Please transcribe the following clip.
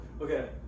okay